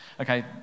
Okay